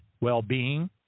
well-being